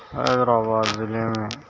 حیدرآباد ضلع میں